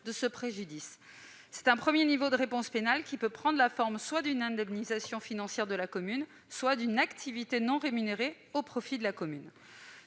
à sa disposition un premier niveau de réponse pénale, qui prend la forme soit d'une indemnisation financière de la commune, soit d'une activité non rémunérée au profit de la commune.